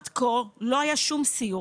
עד כה לא היה שום סיור.